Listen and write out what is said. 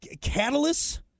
Catalyst